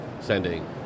sending